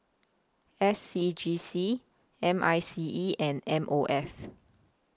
S C G C M I C E and M O F